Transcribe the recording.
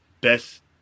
best